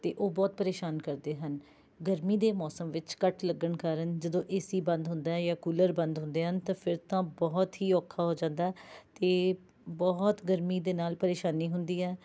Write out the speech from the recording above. ਅਤੇ ਉਹ ਬਹੁਤ ਪ੍ਰੇਸ਼ਾਨ ਕਰਦੇ ਹਨ ਗਰਮੀ ਦੇ ਮੌਸਮ ਵਿੱਚ ਕੱਟ ਲੱਗਣ ਕਾਰਨ ਜਦੋਂ ਏ ਸੀ ਬੰਦ ਹੁੰਦਾ ਹੈ ਜਾਂ ਕੂਲਰ ਬੰਦ ਹੁੰਦੇ ਹਨ ਤਾਂ ਫਿਰ ਤਾਂ ਬਹੁਤ ਹੀ ਔਖਾ ਹੋ ਜਾਂਦਾ ਅਤੇ ਬਹੁਤ ਗਰਮੀ ਦੇ ਨਾਲ ਪ੍ਰੇਸ਼ਾਨੀ ਹੁੰਦੀ ਹੈ